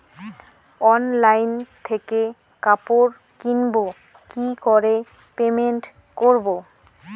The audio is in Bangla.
অনলাইন থেকে কাপড় কিনবো কি করে পেমেন্ট করবো?